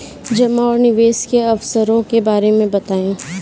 जमा और निवेश के अवसरों के बारे में बताएँ?